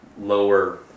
lower